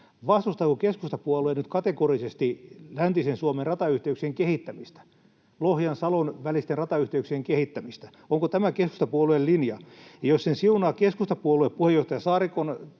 ratayhteyksien kehittämistä, Lohjan ja Salon välisten ratayhteyksien kehittämistä? Onko tämä keskustapuolueen linja? Ja jos sen siunaa keskustapuolue puheenjohtaja Saarikon